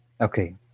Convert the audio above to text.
Okay